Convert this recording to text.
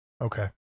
Okay